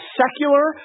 secular